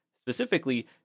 Specifically